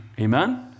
Amen